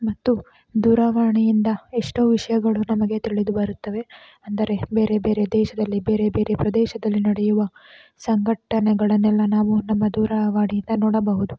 ಮತ್ತು ದೂರವಾಣಿಯಿಂದ ಎಷ್ಟೋ ವಿಷಯಗಳು ನಮಗೆ ತಿಳಿದು ಬರುತ್ತವೆ ಅಂದರೆ ಬೇರೆ ಬೇರೆ ದೇಶದಲ್ಲಿ ಬೇರೆ ಬೇರೆ ಪ್ರದೇಶದಲ್ಲಿ ನಡೆಯುವ ಸಂಘಟನೆಗಳನ್ನೆಲ್ಲ ನಾವು ನಮ್ಮ ದೂರವಾಣಿಯಿಂದ ನೋಡಬಹುದು